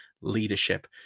leadership